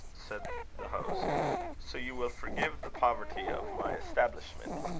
said the host so you will forgive the poverty of my establishment.